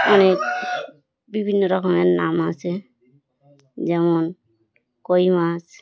অনেক বিভিন্ন রকমের নাম আসে যেমন কই মাছ